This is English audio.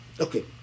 Okay